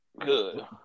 Good